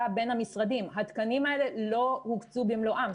בין המשרדים אבל התקנים האלה לא הוקצו במלואם.